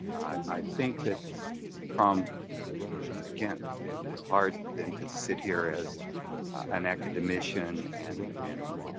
i think that from again, it's hard then to sit here as an academician and and